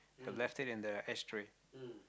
they left it in the ash tray